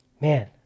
Man